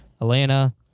Atlanta